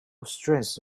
strange